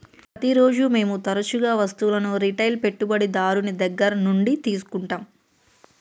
ప్రతిరోజు మేము తరచుగా వస్తువులను రిటైల్ పెట్టుబడిదారుని దగ్గర నుండి తీసుకుంటాం